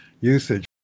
usage